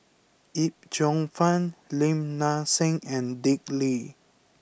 Yip Cheong Fun Lim Nang Seng and Dick Lee